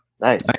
Nice